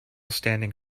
standing